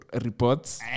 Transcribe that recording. reports